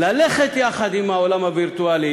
ללכת יחד עם העולם הווירטואלי,